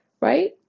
right